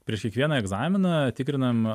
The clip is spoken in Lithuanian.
prieš kiekvieną egzaminą tikrinam